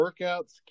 workouts